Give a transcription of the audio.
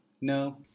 No